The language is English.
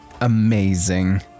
Amazing